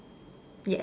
yes